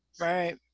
right